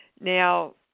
now